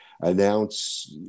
announce